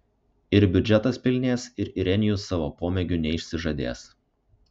ir biudžetas pilnės ir irenijus savo pomėgių neišsižadės